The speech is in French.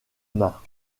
mains